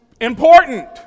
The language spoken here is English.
important